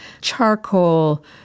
charcoal